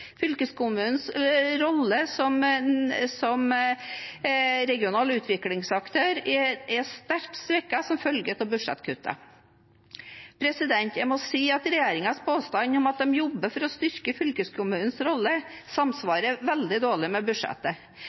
Fylkeskommunens rolle som regional utviklingsaktør er sterkt svekket som følge av budsjettkuttet. Jeg må si at regjeringens påstand om at de jobber for å styrke fylkeskommunens rolle, samsvarer veldig dårlig med budsjettet.